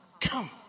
come